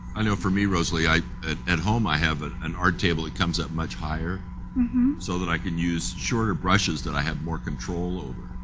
i know for me rosalie, at at home i have ah an art table that comes up much higher so that i can use shorter brushes that i have more control over.